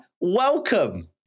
welcome